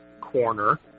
corner